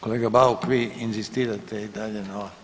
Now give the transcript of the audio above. Kolega Bauk vi inzistirate i dalje na